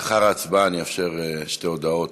לאחר ההצבעה אני אאפשר שתי הודעות,